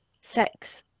sex